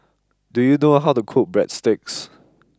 do you know how to cook Breadsticks